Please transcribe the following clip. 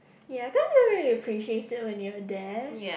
ya cause you won't to appreciated when you were there